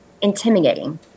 intimidating